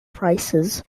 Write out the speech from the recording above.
prices